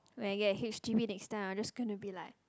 when I get a H_D_B next time I'm just gonna be like